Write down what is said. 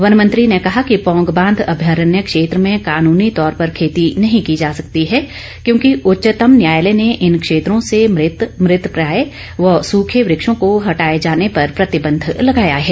one मंत्री ने कहा कि पौंग बांध अभ्यारण्य क्षेत्र में कानूनी तौर पर खेती नहीं की जा सकती है क्योंकि उच्चतम न्यायालय ने इन क्षेत्रों से मृत मृतप्रायः व सूखे वृक्षों के हटाए जाने पर प्रतिबंध लगाया है